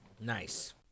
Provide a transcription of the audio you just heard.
Nice